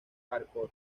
hardcore